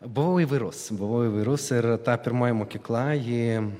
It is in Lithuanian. buvau įvairus buvau įvairus ir ta pirmoji mokykla ji